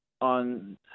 on